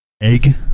Egg